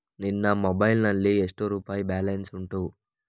ನಿನ್ನ ಮೊಬೈಲ್ ನಲ್ಲಿ ಎಷ್ಟು ರುಪಾಯಿ ಬ್ಯಾಲೆನ್ಸ್ ಉಂಟು?